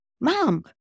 mom